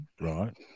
right